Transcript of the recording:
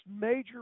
major